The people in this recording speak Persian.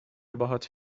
باهات